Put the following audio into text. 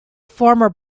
former